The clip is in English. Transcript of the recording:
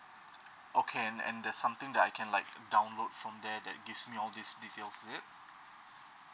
okay and and there's something that I can like download from there that gives me all these details is it